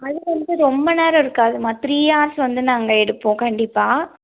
அது வந்து ரொம்ப நேரம் இருக்காதும்மா த்ரீ ஹார்ஸ் வந்து நாங்கள் எடுப்போம் கண்டிப்பாக